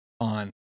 on